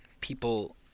people